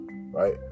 right